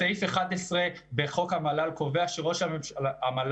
סעיף 11 בחוק המל"ל קובע שראש המל"ל,